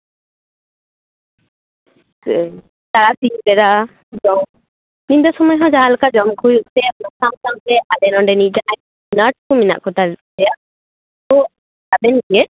ᱛᱟᱨᱟᱥᱤᱧ ᱵᱮᱲᱟ ᱫᱚ ᱧᱤᱫᱟᱹ ᱥᱚᱢᱚᱭ ᱦᱚᱸ ᱡᱟᱦᱟᱸ ᱞᱮᱠᱟ ᱡᱚᱢ ᱠᱩᱡ ᱦᱩᱭᱩᱜ ᱛᱮ ᱚᱱᱟ ᱥᱟᱶ ᱥᱟᱶᱛᱮ ᱟᱞᱮᱭᱟᱜ ᱱᱤᱡᱮ ᱱᱚᱰᱮ ᱱᱟᱨᱥ ᱦᱚᱸ ᱢᱮᱱᱟᱜ ᱠᱚᱛᱟᱞᱮᱭᱟ ᱛᱚ ᱟᱵᱮᱱ ᱜᱮ